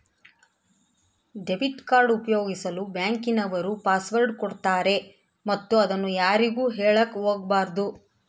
debit card ಉಪಯೋಗಿಸಲು bank ನವರು password ಕೊಡ್ತಾರೆ ಮತ್ತು ಅದನ್ನು ಯಾರಿಗೂ ಹೇಳಕ ಒಗಬಾರದು